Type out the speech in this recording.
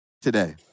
Today